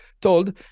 told